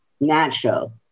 natural